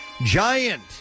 Giant